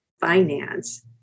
finance